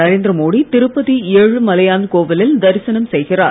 நரேந்திர மோடி திருப்பதி ஏழுமலையான் கோவிலில் தரிசனம் செய்கிறார்